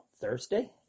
Thursday